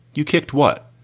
you kicked what?